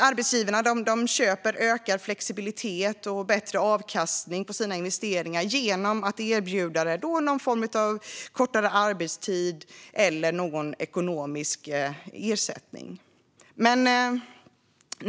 Arbetsgivarna köper ökad flexibilitet och bättre avkastning på sina investeringar genom att erbjuda någon form av kortare arbetstid eller någon ekonomisk ersättning.